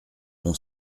bon